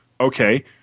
Okay